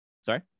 Sorry